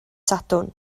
sadwrn